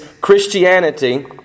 Christianity